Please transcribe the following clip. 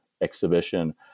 exhibition